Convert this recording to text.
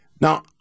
Now